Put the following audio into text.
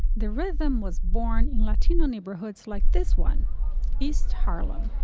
the rhythm was born in latino neighborhoods like this one east harlem.